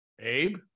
Abe